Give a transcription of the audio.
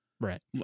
Right